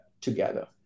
together